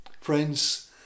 Friends